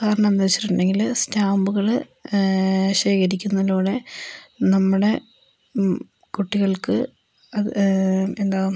കാരണമെന്താന്ന് വെച്ചിട്ടുണ്ടെങ്കില് സ്റ്റാമ്പുകള് ശേഖരിക്കുന്നതിലൂടെ നമ്മുടെ കുട്ടികൾക്ക് എന്താ